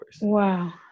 Wow